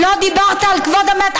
לא דיברת על כבוד המת?